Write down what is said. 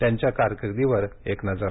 त्यांच्या कारकिर्दीवर एक नजर